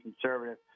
conservative